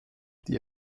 die